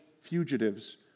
fugitives